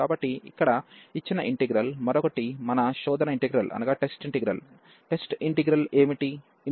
కాబట్టి ఇక్కడ ఇచ్చిన ఇంటిగ్రల్ మరొకటి మన టెస్ట్ ఇంటిగ్రల్ టెస్ట్ ఇంటిగ్రల్ ఏమిటి